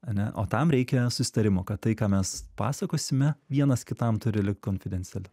ane o tam reikia susitarimo kad tai ką mes pasakosime vienas kitam turi likti konfidencialiu